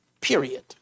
period